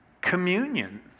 communion